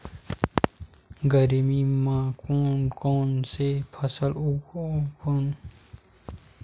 गरमी मा कोन कौन से फसल उगाबोन?